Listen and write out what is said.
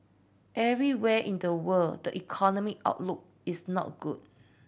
everywhere in the world the economic outlook is not good